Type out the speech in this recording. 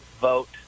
vote